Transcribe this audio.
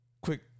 quick